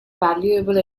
valuable